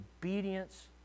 obedience